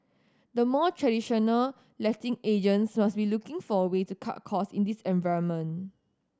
the more traditional letting agents must be looking for a way to cut cost in this environment